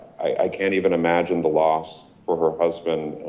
i can't even imagine the loss for her husband and